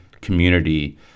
community